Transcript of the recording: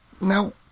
Now